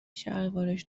شلوارش